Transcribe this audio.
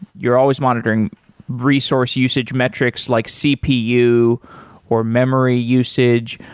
you're always monitoring resource usage metrics, like cpu or memory usage.